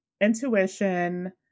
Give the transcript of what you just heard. intuition